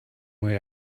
way